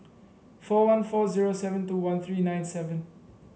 four one four zero seven two one three nine seven